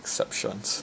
exceptions